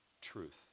truth